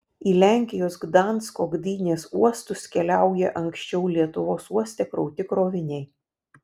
į lenkijos gdansko gdynės uostus keliauja anksčiau lietuvos uoste krauti kroviniai